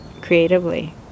creatively